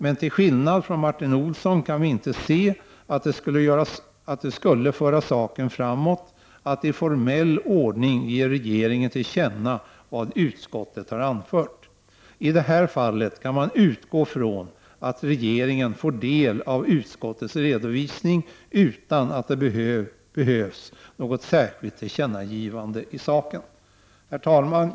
Men till skillnad från Martin Olsson kan vi inte se att det skulle föra = Prot. 1989/90:118 saken framåt att i formell ordning ge regeringen till känna vad utskottet har 9 maj 1990 anfört. I det här fallet kan man utgå från att regeringen får del av utskottets redovisning utan att det behövs något särskilt tillkännagivande i saken. Herr talman!